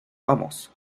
vamos